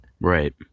Right